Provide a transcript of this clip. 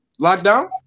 Lockdown